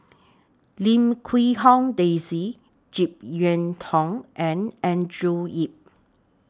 Lim Quee Hong Daisy Jek Yeun Thong and Andrew Yip